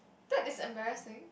that is embarrassing